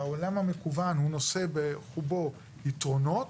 העולם המקוון נושא בחובו יתרונות,